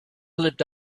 lived